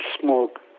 smoke